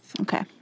Okay